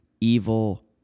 evil